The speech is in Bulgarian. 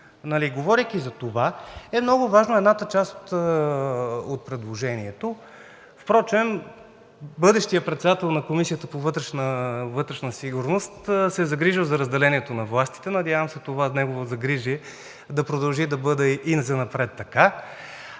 Говорейки за това, много е важно едната част от предложението – впрочем бъдещият председател на Комисията по вътрешна сигурност се е загрижил за разделението на властите, надявам се това негово загрижие да продължи да бъде и занапред така,